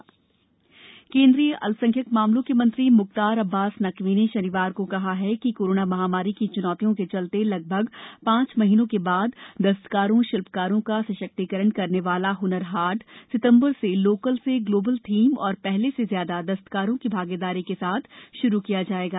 Naqvi lead Hunar Haat केन्द्रीय अल्पसंख्यक मामलों के मंत्री म्ख्तार अब्बास नकवी ने आज कहा कि कोरोना महामारी की च्नौतियों के चलते लगभग पांच महीनों के बाद दस्तकारों शिल्पकारों का सशक्तीकरण करने वाला हनर हाट सितम्बर से लोकल से ग्लोबल थीम एवं पहले से ज्यादा दस्तकारों की भागीदारी के साथ श्रू किया जाएगा